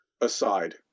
aside